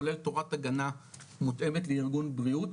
כולל תורת הגנה מותאמת לארגון בריאות.